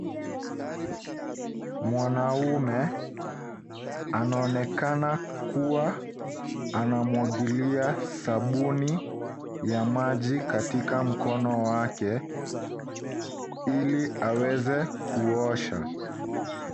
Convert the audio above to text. Mwanaume anaonekana kuwa anamwagilia sabuni ya maji katika mkono wake ili aweze kuosha.